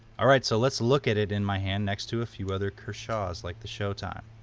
alright so let's look at it in my hand next to a few other kershaws like the showtime.